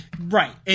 Right